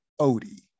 Odie